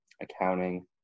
accounting